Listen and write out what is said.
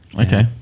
okay